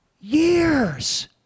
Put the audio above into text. years